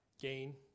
Gain